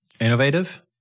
Innovative